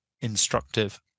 instructive